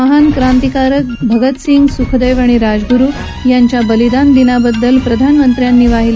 महान क्रांतिकारक भगत सिंग सुखदेव आणि राजगुरु यांच्या बलिदान दिवसाबद्दल प्रधानमंत्र्यांनी वाहिली